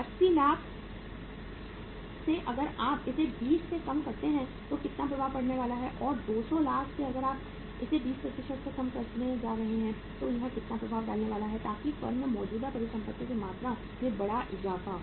80 लाख से अगर आप इसे 20 से कम करते हैं तो कितना प्रभाव पड़ने वाला है और 200 लाख से अगर आप इसे 20 तक कम करने जा रहे हैं तो यह कितना प्रभाव डालने वाला है ताकि फर्म में मौजूदा परिसंपत्तियों की मात्रा में बड़ा इजाफा हो